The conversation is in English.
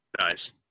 Nice